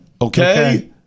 Okay